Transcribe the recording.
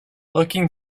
looking